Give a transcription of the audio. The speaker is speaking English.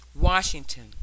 Washington